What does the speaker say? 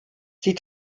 sie